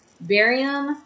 barium